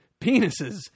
penises